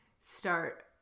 start